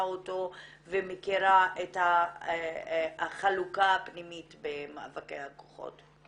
אותו ומכירה את החלוקה הפנימית במאבקי הכוחות.